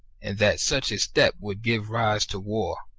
and that such a step would give rise to war.